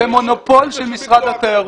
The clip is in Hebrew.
זה מונופול של משרד התיירות.